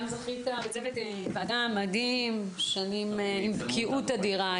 גם זכית בצוות ועדה מדהים עם ניסיון של שנים ובקיאות אדירה.